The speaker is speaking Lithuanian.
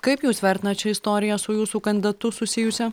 kaip jūs vertinat šią istoriją su jūsų kandidatu susijusią